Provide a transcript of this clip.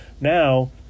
Now